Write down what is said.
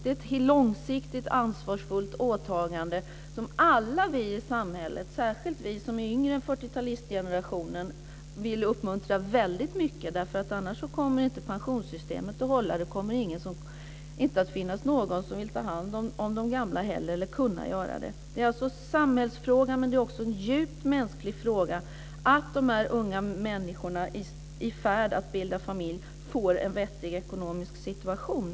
Det är ett långsiktigt ansvarsfullt åtagande som alla i samhället - särskilt vi som är yngre än 40-talistgenerationen - vill uppmuntra till väldigt mycket. Annars kommer inte pensionssystemet att fungera. Det kommer inte att finnas någon som kan ta hand om de gamla. Det är alltså en samhällsfråga och en djupt mänsklig fråga att de unga som är i färd med att bilda familj får en vettig ekonomisk situation.